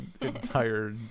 entire